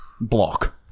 block